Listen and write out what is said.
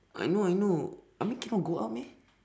I know I know I mean cannot go out meh